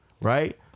right